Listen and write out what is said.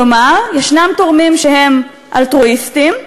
כלומר, יש תורמים שהם אלטרואיסטים,